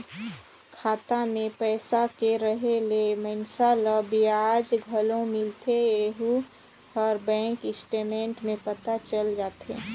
खाता मे पइसा के रहें ले मइनसे ल बियाज घलो मिलथें येहू हर बेंक स्टेटमेंट में पता चल जाथे